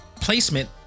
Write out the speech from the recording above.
placement